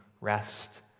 rest